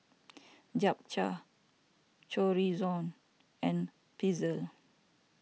Japchae Chorizo and Pretzel